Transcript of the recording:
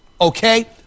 okay